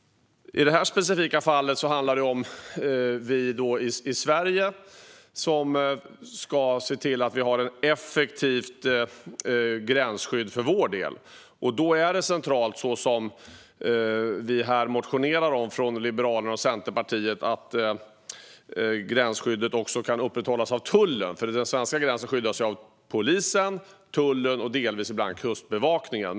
I det här specifika fallet handlar det om att vi i Sverige ska se till att ha ett effektivt gränsskydd för vår del. Då är det centralt så som vi här motionerar om från Liberalerna och Centerpartiet att gränsskyddet också kan upprätthållas av tullen. Den svenska gränsen skyddas av polisen, tullen och delvis Kustbevakningen.